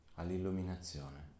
all'illuminazione